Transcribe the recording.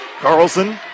Carlson